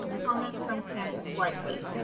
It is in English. comment from candace whitley.